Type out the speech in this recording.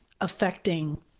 affecting